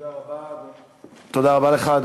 תודה רבה לך.